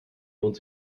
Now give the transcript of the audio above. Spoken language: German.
lohnt